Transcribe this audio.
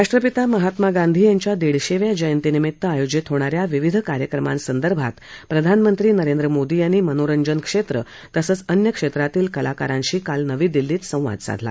राष्ट्रपिता महात्मा गांधी यांच्या दीडशेव्या जयंतीनिमित्त आयोजित होणा या विविध कार्यक्रमासंदर्भात प्रधानमंत्री नरेंद्र मोदी यांनी मनोरंजन क्षेत्र तसंच अन्य क्षेत्रातील कलाकारांशी काल नवी दिल्लीत संवाद साधला